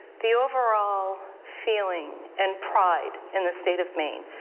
the overall feeling and pride in the state of maine,